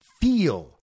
feel